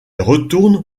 retourne